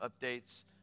updates